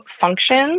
functions